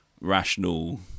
rational